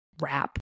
wrap